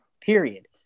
period